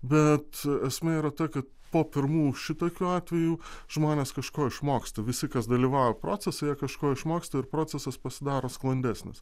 bet esmė yra ta kad po pirmų šitokių atvejų žmonės kažko išmoksta visi kas dalyvauja procese jie kažko išmoksta ir procesas pasidaro sklandesnis